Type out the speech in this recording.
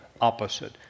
opposite